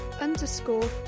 underscore